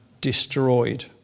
destroyed